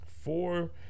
four